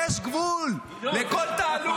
יש גבול לכל תעלול.